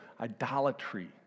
idolatry